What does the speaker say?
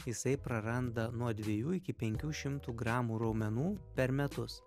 jisai praranda nuo dvejų iki penkių šimtų gramų raumenų per metus